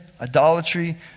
idolatry